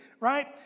Right